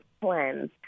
plans